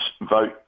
vote